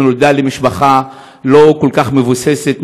שנולדה למשפחה לא כל כך מבוססת,